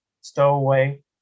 stowaway